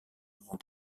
rend